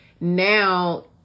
now